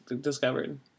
discovered